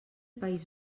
país